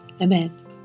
Amen